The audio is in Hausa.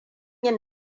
yin